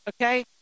okay